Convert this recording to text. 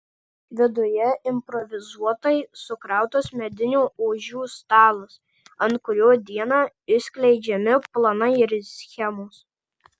viduje improvizuotai sukrautas medinių ožių stalas ant kurio dieną išskleidžiami planai ir schemos